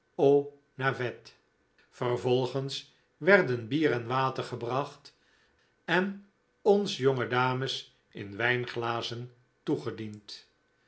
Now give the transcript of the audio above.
aux navets vervolgens werden bier en water gebracht en ons jonge dames in wijnglazen toegediend